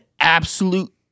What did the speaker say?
absolute